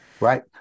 Right